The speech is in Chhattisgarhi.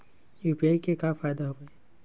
यू.पी.आई के का फ़ायदा हवय?